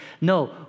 No